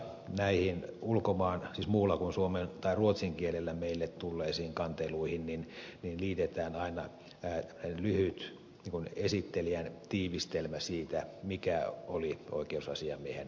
näihin muulla kuin suomen tai ruotsin kielellä meille tulleisiin kanteluihin liitetään aina lyhyt esittelijän tiivistelmä siitä mikä oli oikeusasiamiehen vastauksen ydinsisältö